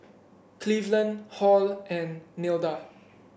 Cleveland Halle and Nilda